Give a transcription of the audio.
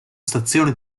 stazione